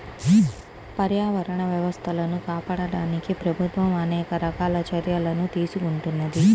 పర్యావరణ వ్యవస్థలను కాపాడడానికి ప్రభుత్వం అనేక రకాల చర్యలను తీసుకుంటున్నది